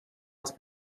els